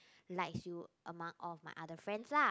likes you among all of my other friends lah